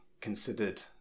considered